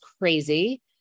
crazy